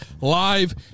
live